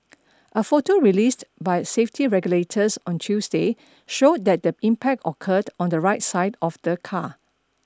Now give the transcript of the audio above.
a photo released by safety regulators on Tuesday showed that the impact occurred on the right side of the car